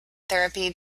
therapy